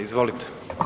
Izvolite.